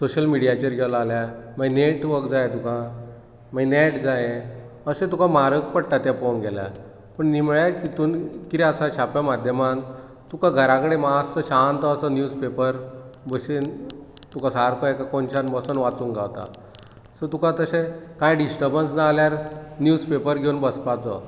social मिडीयाचेर गेलो जाल्यार मागीर नॅटवर्क जाय तुका मागीर नॅट जायें अशे तुकां म्हारग पडटा ते पळोवंक गेल्यार पूण निमण्या हेतूंत कितें आसा छाप्य माध्यमान तुकां घरा कडेन मात्सो शांत असो निव्जपॅपर बसून तुका सारको एका कोनशांत वाचूंक गावता सो तुकां तशें कांय डिस्टर्बंस ना जाल्यार निव्जपॅपर घेवन बसपाचो